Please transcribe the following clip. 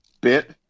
bit